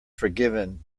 forgiven